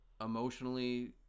emotionally